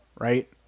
right